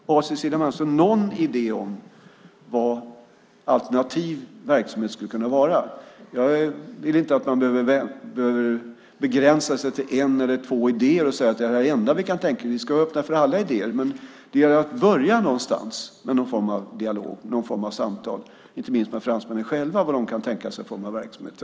Och har Cecilia Malmström någon idé om vad en alternativ verksamhet skulle kunna vara? Jag tycker inte att man behöver begränsa sig till en eller två idéer och säga att det här är det enda som vi kan tänka oss. Vi ska vara öppna för alla idéer, men det gäller att börja någonstans med någon form av dialog och samtal, inte minst med fransmännen själva om vad de kan tänka sig för form av verksamhet.